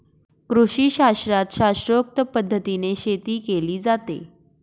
कृषीशास्त्रात शास्त्रोक्त पद्धतीने शेती केली जाते